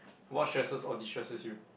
what stresses or destresses you